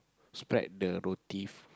spread the roti